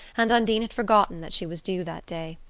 and undine had forgotten that she was due that day.